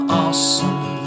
awesome